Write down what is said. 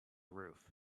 roof